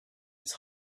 his